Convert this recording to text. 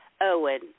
Owen